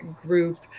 group